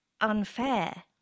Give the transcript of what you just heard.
unfair